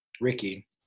Ricky